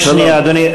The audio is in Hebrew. רק שנייה, אדוני.